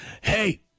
Hey